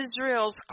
Israel's